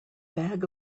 bag